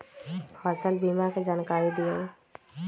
फसल बीमा के जानकारी दिअऊ?